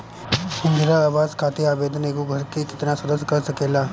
इंदिरा आवास खातिर आवेदन एगो घर के केतना सदस्य कर सकेला?